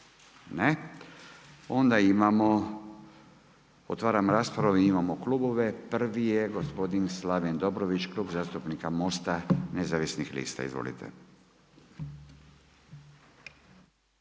Ne. Onda imamo, otvaram raspravu, imamo klubove. Prvo je gospodin Slaven Dobrović, Klub zastupnika Mosta nezavisnih lista. Izvolite.